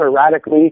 erratically